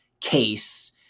case